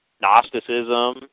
Gnosticism